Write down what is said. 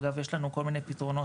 אגב יש לנו כל מיני פתרונות.